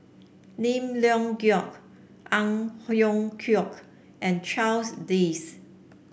Lim Leong Geok Ang Hiong Chiok and Charles Dyce